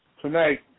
Tonight